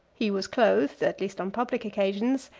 he was clothed, at least on public occasions,